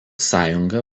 sąjunga